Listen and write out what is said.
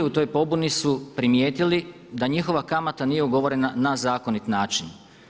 U toj pobuni su primijetili da njihova kamata nije ugovorena na zakonit način.